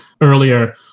earlier